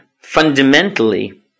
fundamentally